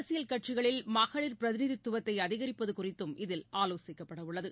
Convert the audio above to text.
அரசியல் கட்சிகளில் மகளிர் பிரதிநிதித்துவத்தைஅதிகரிப்பதுகுறித்தும் இதில் ஆலோசிக்கப்படஉள்ளது